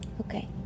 Okay